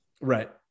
right